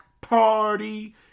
party